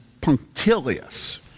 punctilious